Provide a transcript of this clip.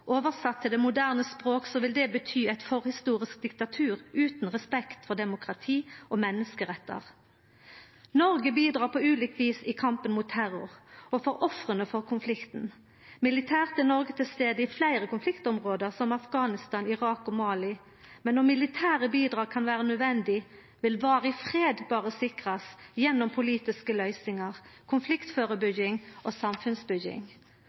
til det moderne språk vil det bety eit forhistorisk diktatur, utan respekt for demokrati og menneskerettar. Noreg bidreg på ulikt vis i kampen mot terror og for ofra for konflikten. Militært er Noreg til stades i fleire konfliktområde, som Afghanistan, Irak og Mali, men om militære bidrag kan vera nødvendig, vil varig fred berre sikrast gjennom politiske løysingar, konfliktførebygging og samfunnsbygging.